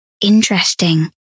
Interesting